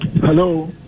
Hello